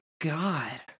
God